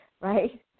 right